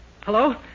Hello